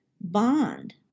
bond